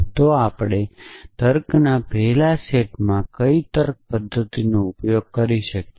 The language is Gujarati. તો આપણે તર્કના પહેલા સેટમાં કઈ તર્ક પદ્ધતિનો ઉપયોગ કરી શકીએ